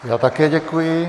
Já také děkuji.